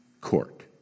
court